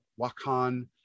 Wakan